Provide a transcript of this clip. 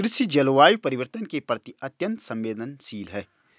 कृषि जलवायु परिवर्तन के प्रति अत्यंत संवेदनशील है